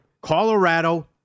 Colorado